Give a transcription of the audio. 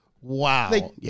Wow